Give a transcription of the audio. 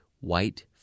White